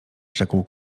rzekł